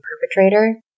perpetrator